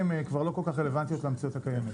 כבר לא כל כך רלוונטיות למציאות הקיימת.